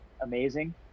amazing